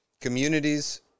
communities